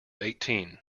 eighteen